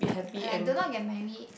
like do not get marry